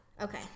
Okay